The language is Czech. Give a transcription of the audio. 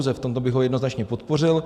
V tomto bych ho jednoznačně podpořil.